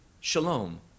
Shalom